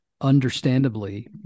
understandably